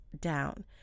down